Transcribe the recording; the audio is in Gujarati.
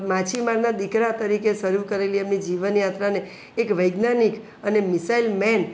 માછીમારના દીકરા તરીકે શરૂ કરેલી એમની જીવન યાત્રાને એક વૈજ્ઞાનિક અને મિસાઈલમેન